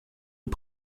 aux